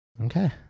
Okay